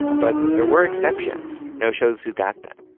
but there were exceptions no-shows who got them.